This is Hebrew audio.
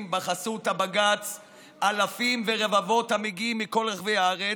בחסות הבג"ץ אלפים ורבבות המגיעים מכל רחבי הארץ,